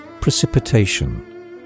Precipitation